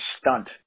stunt